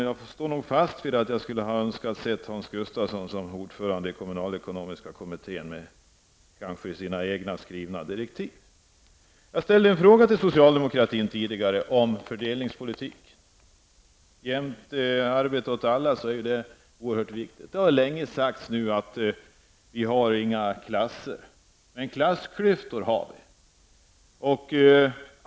Jag står nog fast vid att jag hade önskat se Hans Gustafsson som ordförande i kommunalekonomiska kommittén, kanske med egenhändigt skrivna direktiv. Jag ställde tidigare en fråga till socialdemokraterna om fördelningspolitik. Jämte arbete åt alla är ju det någonting oerhört viktigt. Det har länge sagts att vi har inga klasser -- men klassklyftor har vi!